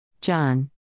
John